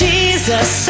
Jesus